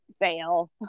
fail